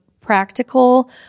practical